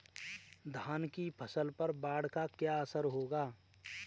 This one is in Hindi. धान की फसल पर बाढ़ का क्या असर होगा?